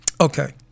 Okay